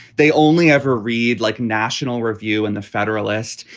they only ever read like national review in the federalist.